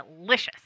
delicious